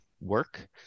work